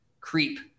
creep